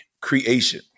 creation